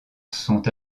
sont